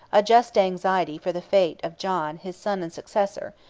a just anxiety for the fate of john his son and successor,